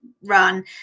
run